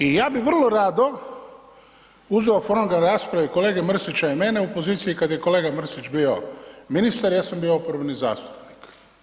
I ja bih vrlo rado uzeo fonogram rasprave kolege Mrsića i mene u poziciji kada je kolega Mrsić bio ministar, ja sam bio oporbeni zastupnik.